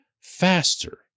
faster